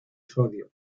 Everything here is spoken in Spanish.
sodio